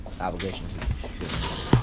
obligations